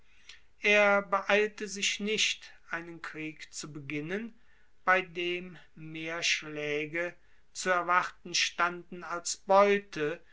er beeilte sich nicht einen krieg zu beginnen bei dem mehr schlaege zu erwarten standen als beute